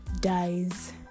dies